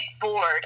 board